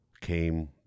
came